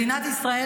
מדינת ישראל,